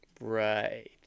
right